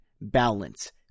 balance